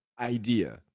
idea